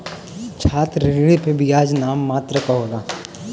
छात्र ऋण पे बियाज नाम मात्र क होला